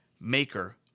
maker